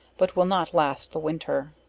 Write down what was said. but will not last the winter.